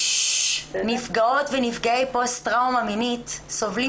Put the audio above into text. נפגעות ונפגעי פוסט טראומה מינית סובלים